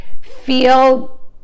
feel